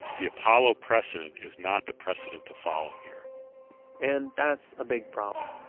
the apollo precedent is not the precedent to follow here and that's a big problem.